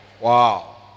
Wow